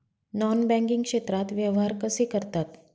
Non banking क्षेत्रात व्यवहार कसे करतात?